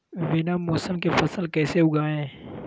बिना मौसम के फसल कैसे उगाएं?